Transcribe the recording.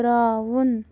ترٛاوُن